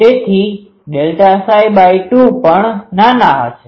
તેથી ΔΨ2 પણ નાના હશે